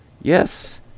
Yes